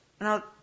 Now